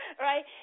Right